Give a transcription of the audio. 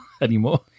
anymore